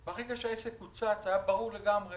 ברגע שהעסק קוצץ היה ברור לגמרי